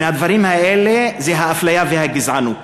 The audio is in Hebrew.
ומהדברים האלה עולות אפליה וגזענות.